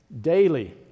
daily